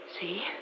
See